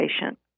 patient